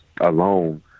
alone